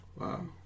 Wow